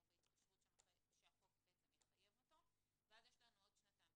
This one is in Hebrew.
בהתקשרות שהחוק בעצם יחייב אותו ואז יש לנו עוד שנתיים.